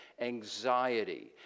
anxiety